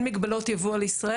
אין מגבלות יבוא על ישראל.